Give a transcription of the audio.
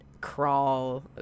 Crawl